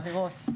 בחירות, בחירות.